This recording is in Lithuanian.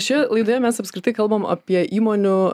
šioje laidoje mes apskritai kalbame apie įmonių